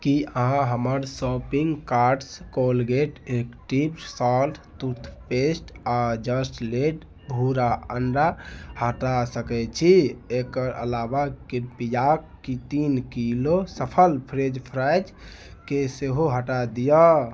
की अहाँ हमर shopping cart सँ कोलगेट एक्टिव साल्ट टूथपेस्ट आ जस्ट लेड भूरा अंडा हटा सकै छी एकर अलाबा कृपया कऽ तीन किलो सफल फ्रेंच फ्राइज केँ सेहो हटा दिअ